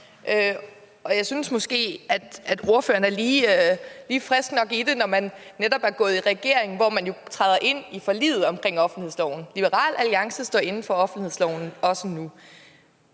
Og jeg synes måske, at ordføreren er lige frisk nok i det, når man netop er gået ind i en regering, hvor man træder ind i forliget om offentlighedsloven. Liberal Alliance står inde for offentlighedsloven, også nu.